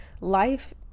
Life